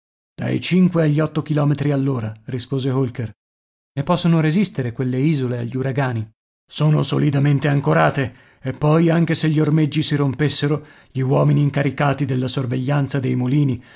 dai cinque agli otto chilometri all'ora rispose holker e possono resistere quelle isole agli uragani sono solidamente ancorate e poi anche se gli ormeggi si rompessero gli uomini incaricati della sorveglianza dei mulini